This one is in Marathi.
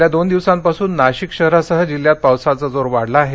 गेल्या दोन दिवसांपासून नाशिक शहरासह जिल्ह्यात पावसाचा जोर वाढला आहे